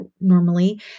normally